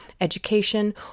education